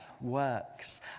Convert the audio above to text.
works